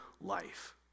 life